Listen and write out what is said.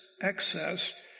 excess